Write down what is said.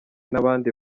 n’abandi